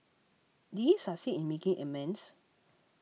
did he succeed in making amends